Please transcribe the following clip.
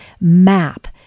MAP